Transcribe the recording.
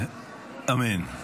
אמן.